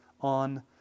on